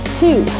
two